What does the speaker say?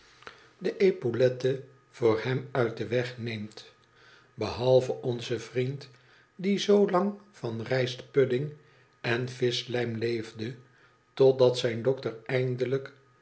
i quiulette voor hem uit den wegneemt i behalve onze vriend die zoo laogvan rijstpuddmg en vischlijm leefde totdat zijn dokter eindelijk